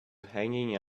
hanging